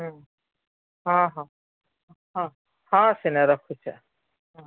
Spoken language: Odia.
ହଁ ହଁ ହଁ ହଁ ସେନେ ରଖୁଛେ